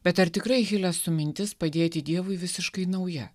bet ar tikrai hilesum mintis padėti dievui visiškai nauja